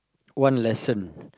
one lesson